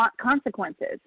consequences